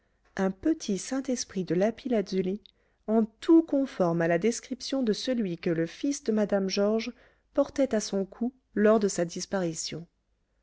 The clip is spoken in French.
un petit saint-esprit de lapis-lazuli en tout conforme à la description de celui que le fils de mme georges portait à son cou lors de sa disparition